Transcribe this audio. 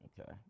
Okay